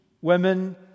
women